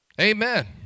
Amen